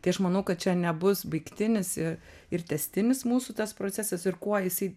tai aš manau kad čia nebus baigtinis ir ir tęstinis mūsų tas procesas ir kuo jisai